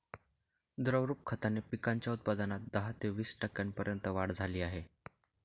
द्रवरूप खताने पिकांच्या उत्पादनात दहा ते वीस टक्क्यांपर्यंत वाढ झाली आहे